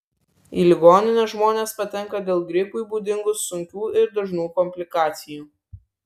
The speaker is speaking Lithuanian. į ligoninę žmonės patenka dėl gripui būdingų sunkių ir dažnų komplikacijų